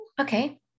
okay